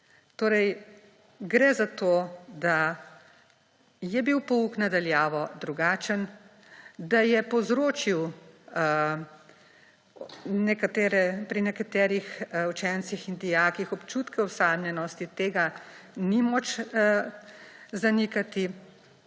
Torej gre za to, da je bil pouk na daljavo drugačen, da je povzročil pri nekaterih učencih in dijakih občutke osamljenosti, tega ni moč zanikati,